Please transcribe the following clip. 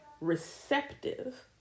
receptive